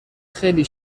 خیلی